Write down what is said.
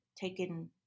taken